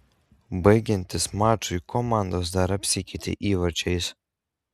baigiantis mačui komandos dar apsikeitė įvarčiais